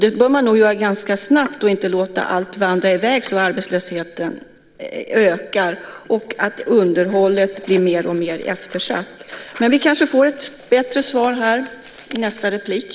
Det bör den nog göra ganska snabbt och inte låta allt så att säga vandra i väg så att arbetslösheten ökar och så att underhållet blir mer och mer eftersatt. Men vi kanske får ett bättre svar från statsrådet i nästa inlägg.